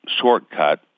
shortcut